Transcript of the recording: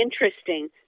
interesting